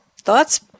thoughts